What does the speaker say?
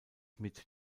mit